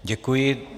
Děkuji.